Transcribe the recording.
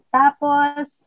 tapos